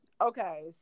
Okay